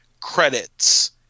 credits